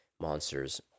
monsters